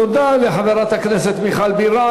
תודה לחברת הכנסת מיכל בירן.